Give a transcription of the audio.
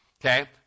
okay